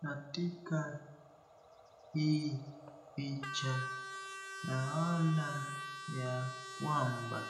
Katika hii picha naona ya kwamba